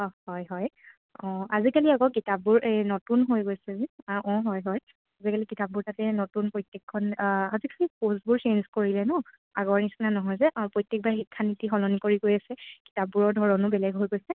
অঁ হয় হয় অঁ আজিকালি আকৌ কিতাপবোৰ এই নতুন হৈ গৈছে যে অঁ হয় হয় আজিকালি কিতাপবোৰ তাতে নতুন প্ৰত্যেকখন আজিকালি ক'ৰ্ছবোৰ চেঞ্জ কৰিলে নহ্ আগৰ নিচিনা নহয় যে প্ৰত্যেকবাৰ শিক্ষানীতি সলনি কৰি গৈ আছে কিতাপবোৰৰ ধৰণো বেলেগ হৈ গৈছে